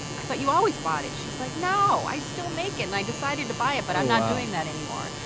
i thought you always bought it. she's like, no, i still make it, and i decided to buy it, but i'm not doing that anymore.